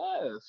yes